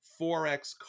4X